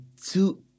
two